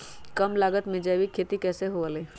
कम लागत में जैविक खेती कैसे हुआ लाई?